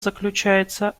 заключается